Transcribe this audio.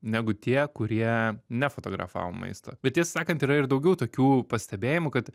negu tie kurie nefotografavo maisto bet tiesą sakant yra ir daugiau tokių pastebėjimų kad